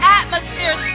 atmosphere